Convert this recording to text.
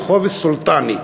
רחוב סולטאני.